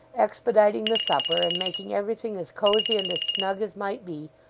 expediting the supper, and making everything as cosy and as snug as might be,